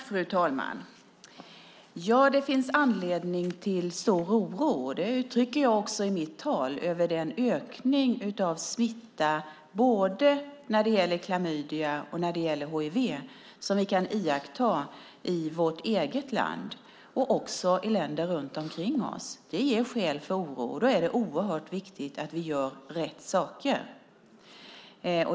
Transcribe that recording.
Fru talman! Det finns anledning till stor oro - det uttrycker jag också i mitt svar - över den ökning av smitta, både när det gäller klamydia och när det gäller hiv, som vi kan iaktta i vårt eget land och också i länder runt omkring oss. Det ger skäl för oro. Då är det oerhört viktigt att vi gör rätt saker.